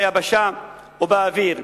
ביבשה ובאוויר.